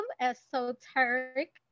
Esoteric